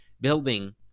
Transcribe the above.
building